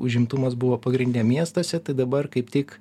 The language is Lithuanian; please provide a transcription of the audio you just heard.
užimtumas buvo pagrinde miestuose tai dabar kaip tik